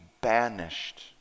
banished